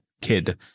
kid